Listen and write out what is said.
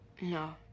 No